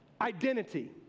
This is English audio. identity